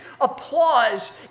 applause